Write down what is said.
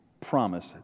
promise